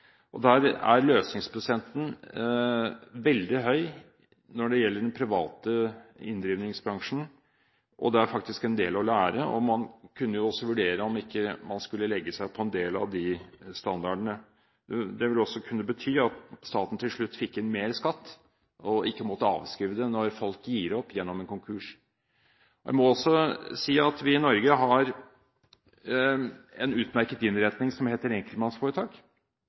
Der er løsningsprosenten veldig høy når det gjelder den private inndrivingsbransjen. Det er faktisk en del å lære, og man kunne også vurdere om man ikke også skulle legge seg på en del av de standardene. Det vil også kunne bety at staten fikk inn mer i skatt og ikke måtte avskrive det når folk gir opp gjennom en konkurs. Jeg må også si at vi i Norge har en utmerket innretning som heter